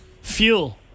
Fuel